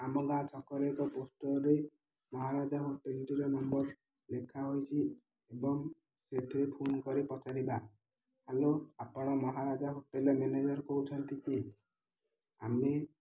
ଆମ ଗାଁ ଛକରେ ଏକ ପୋଷ୍ଟର୍ରେ ମହାରାଜା ହୋଟେଲଟିର ନମ୍ବର ଲେଖା ହୋଇଛି ଏବଂ ସେଥିରେ ଫୋନ କରି ପଚାରିବା ହ୍ୟାଲୋ ଆପଣ ମହାରାଜା ହୋଟେଲରେ ମ୍ୟାନେଜର୍ କହୁଛନ୍ତି କି ଆମେ